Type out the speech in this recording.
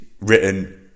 Written